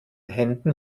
händen